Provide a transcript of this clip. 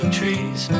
trees